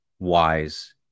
wise